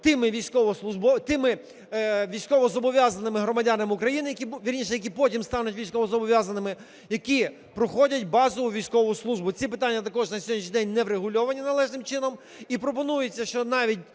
тими військовозобов'язаними громадянами України… вірніше, які потім стануть військовозобов'язаними, які проходять базову військову службу. Ці питання також на сьогоднішній день не врегульовані належним чином. І пропонується, що навіть